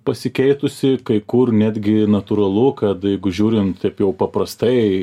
pasikeitusi kai kur netgi natūralu kad jeigu žiūrint taip jau paprastai